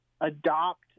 adopt